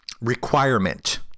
requirement